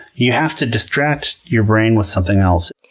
you have to distract your brain with something else.